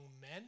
men